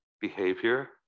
behavior